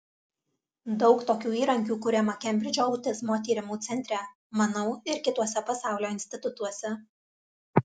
daug tokių įrankių kuriama kembridžo autizmo tyrimų centre manau ir kituose pasaulio institutuose